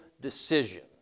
decision